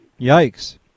Yikes